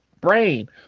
brain